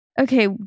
okay